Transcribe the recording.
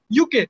UK